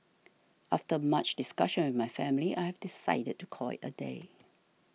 after much discussion with my family I've decided to call it a day